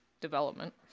development